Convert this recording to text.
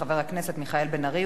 חבר הכנסת מיכאל בן-ארי,